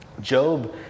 Job